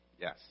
Yes